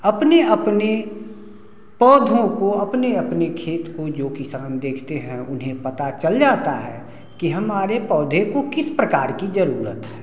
अपने अपने पौधों को अपने अपने खेत को जो किसान देखते हैं उन्हें पता चल जाता है कि हमारे पौधे को किस प्रकार की जरूरत है